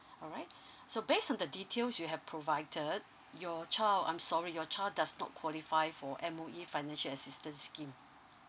alright so based on the details you have provided your child I'm sorry your child does not qualify for M_O_E financial assistance scheme